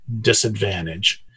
disadvantage